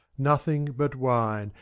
nothing but wine,